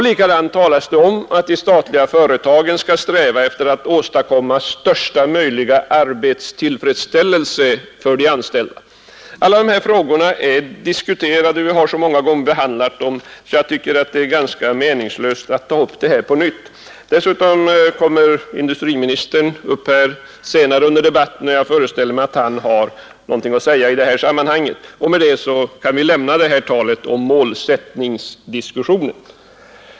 Likaså talas det om att de statliga företagen skall sträva efter att åstadkomma största möjliga arbetstillfredsställelse för de anställda. Alla dessa frågor är diskuterade; vi har så många gånger behandlat dem att jag tycker det är ganska meningslöst att här ta upp dem på nytt. Dessutom kommer industriministern upp i debatten senare, och jag föreställer mig att han har någonting att säga i det sammanhanget. Därmed kan vi lämna målsättningsdiskussionen.